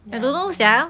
ya I also